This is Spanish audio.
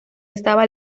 estaba